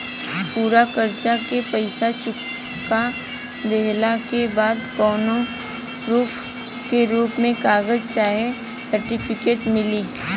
पूरा कर्जा के पईसा चुका देहला के बाद कौनो प्रूफ के रूप में कागज चाहे सर्टिफिकेट मिली?